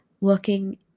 working